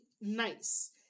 nice